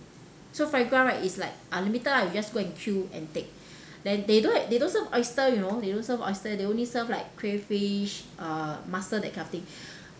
so foie gras right is like unlimited lah you just go and queue and take then they don't they don't serve oyster you know they don't serve oyster they only serve like crayfish uh mussel that kind of thing